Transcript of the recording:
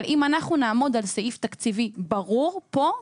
אבל אם אנחנו נעמוד על סעיף תקציבי ברור פה,